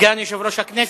סגן יושב-ראש הכנסת,